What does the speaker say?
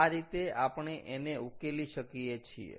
આ રીતે આપણે એને ઉકેલી શકીએ છીએ